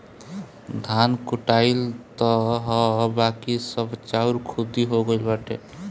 धान कुटाइल तअ हअ बाकी सब चाउर खुद्दी हो गइल बाटे